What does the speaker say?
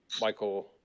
Michael